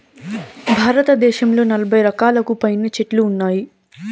భారతదేశంలో నలబై రకాలకు పైనే చెట్లు ఉన్నాయి